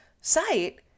site